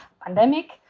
pandemic